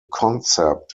concept